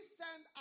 send